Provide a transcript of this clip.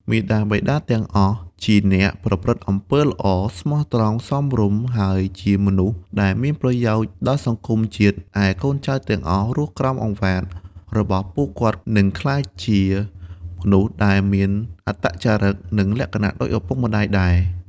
មាតាបិតា ទាំងអស់ជាអ្នកប្រព្រឹត្តអំពើល្អ ស្មោះត្រង់ សមរម្យ ហើយជាមនុស្សដែលមានប្រយោជន៍ដល់សង្គមជាតិ ឯកូនចៅទាំងអស់រស់ក្រោមឱវាទរបស់ពួកគាត់ និងក្លាយជាមនុស្សដែលមានអត្តចរឹក និងលក្ខណៈដូចឱពុកម្ដាយដែរ។